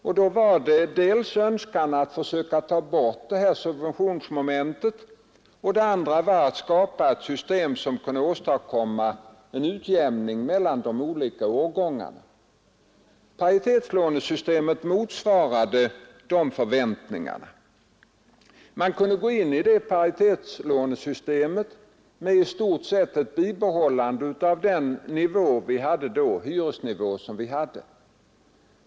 Man önskade dels försöka ta bort det här subventionsmomentet, dels skapa ett system som kunde åstadkomma en utjämning mellan de olika årgångarna. Paritetslånesystemet motsvarade dessa förväntningar. Man kunde gå in i paritetslånesystemet med bibehållande i stort sett av den hyresnivå som vi hade.